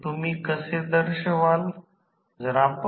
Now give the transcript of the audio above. तर हे KK VA auto आहे किंवा VA auto K लिहू शकते